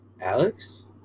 Alex